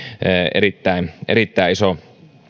erittäin erittäin iso